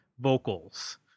vocals